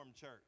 church